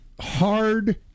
hard